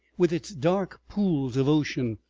with its dark pools of ocean,